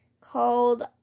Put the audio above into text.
Called